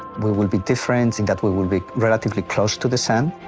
will will be different in that we will be relatively close to the sun,